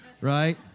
right